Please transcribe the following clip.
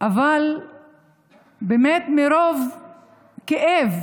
אבל מרוב כאב